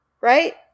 right